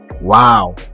Wow